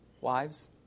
wives